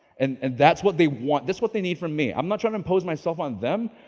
and and that's what they want. that's what they need from me. i'm not trying to impose myself on them,